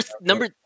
number